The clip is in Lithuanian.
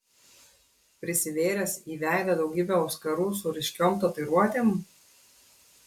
prisivėręs į veidą daugybę auskarų su ryškiom tatuiruotėm